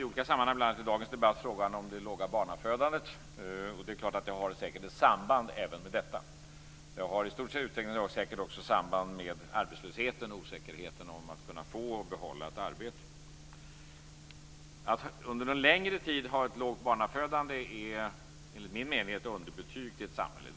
I olika sammanhang, bl.a. i dagens debatt, diskuteras frågan om det låga barnafödandet, som säkert har ett samband även med detta. Det har i stor utsträckning också samband med arbetslösheten och osäkerheten om att kunna få och behålla ett arbete. Att under en längre tid ha ett lågt barnafödande är enligt min mening ett underbetyg till ett samhälle.